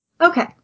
okay